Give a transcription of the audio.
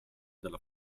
della